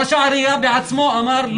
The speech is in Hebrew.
ראש העירייה בעצמו אמר,